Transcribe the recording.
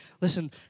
Listen